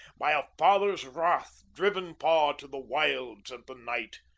by a father's wrath driven far to the wilds and the night.